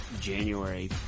January